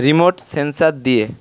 remote sensor দিয়ে